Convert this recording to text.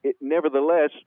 nevertheless